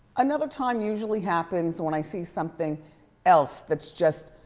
another time usually happens when i see something else that's just